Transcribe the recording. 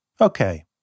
Okay